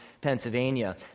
Pennsylvania